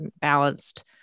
balanced